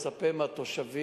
אני מצפה מהתושבים,